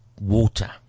water